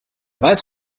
weiß